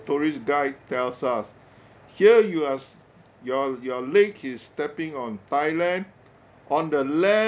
tourist guide tells us here you have s~ your your leg is stepping on thailand on the left